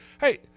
Hey